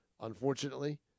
unfortunately